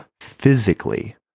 physically